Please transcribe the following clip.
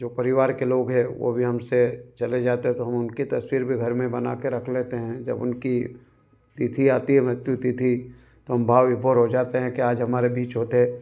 जो परिवार के लोग है वो भी हमसे चले जाते हैं तो हम उनकी तस्वीर भी घर में बना कर रख लेते हैं जब उनकी तिथि आती है मृत्युतिथि तो हम भाव विभोर हो जाते हैं कि आज हमारे बीच होते